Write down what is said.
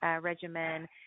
regimen